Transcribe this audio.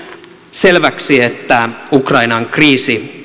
selväksi että ukrainan kriisi